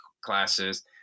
classes